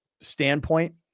standpoint